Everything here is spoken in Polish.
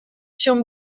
się